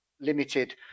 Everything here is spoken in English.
limited